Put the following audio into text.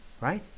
Right